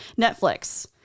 netflix